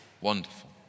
Wonderful